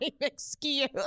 excuse